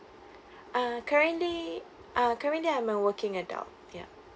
uh currently uh currently I'm a working adult yeah